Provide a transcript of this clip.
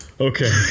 Okay